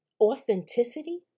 authenticity